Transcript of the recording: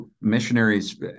missionaries